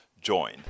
join